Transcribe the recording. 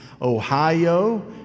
Ohio